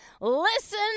Listen